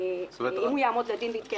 אם הוא יעמוד לדין ויתקיים דיון.